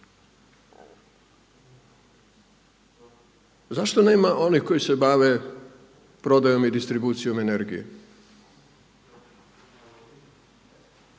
Zašto nema onih koji se bave prodajom i distribucijom energije?